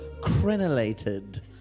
crenellated